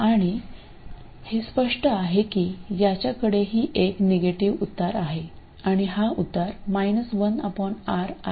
आणि हे स्पष्ट आहे की याच्याकडेही एक निगेटिव्ह उतार आहे आणि हा उतार 1R आहे